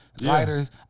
lighters